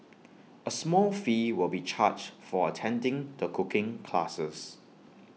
A small fee will be charged for attending the cooking classes